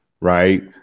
Right